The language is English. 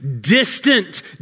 distant